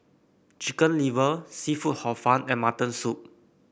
Chicken Liver seafood Hor Fun and Mutton Soup